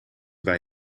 bij